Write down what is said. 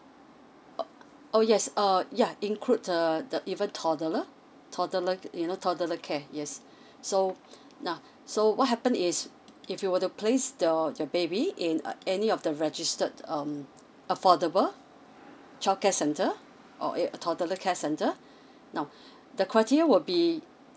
oh yes err yeah include the the even toddler toddler you know toddler care yes so now so what happen is if you were to place the your baby in any of the registered um affordable childcare center or a toddler care center now the criteria would be